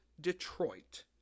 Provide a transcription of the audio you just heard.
Detroit